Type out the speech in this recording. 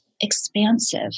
expansive